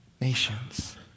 nations